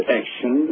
action